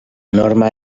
norma